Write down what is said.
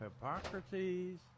Hippocrates